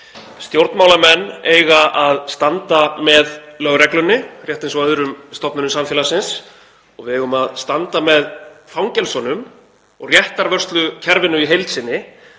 Stjórnmálamenn eiga að standa með lögreglunni rétt eins og öðrum stofnunum samfélagsins og við eigum að standa með fangelsunum og réttarvörslukerfinu í heild sinni.